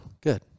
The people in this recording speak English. good